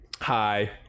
Hi